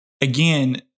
Again